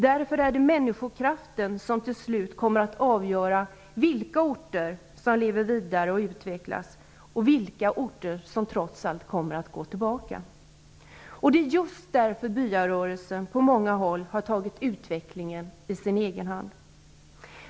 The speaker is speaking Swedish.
Därför är det människokraften som till slut kommer att avgöra vilka orter som lever vidare och utvecklas och vilka orter som trots allt kommer att gå tillbaka. Det är just därför byarörelsen på många håll har tagit utvecklingen i sin egen hand.